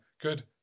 Good